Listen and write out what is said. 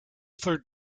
for